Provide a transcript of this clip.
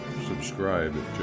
subscribe